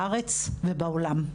בארץ ובעולם.